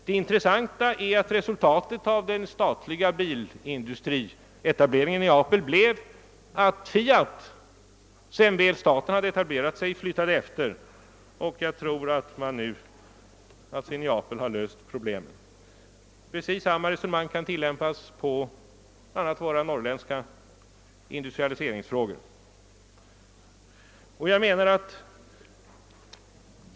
Det intressanta är att resultatet av den statliga bilindustrietableringen i Neapel blivit att Fiat, sedan staten väl etablerat sig, flyttat efter och jag tror att Neapel nu löst problemen. Precis samma resonemang kan tillämpas på bl.a. våra norrländska industrifrågor.